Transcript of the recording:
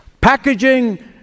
Packaging